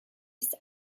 ist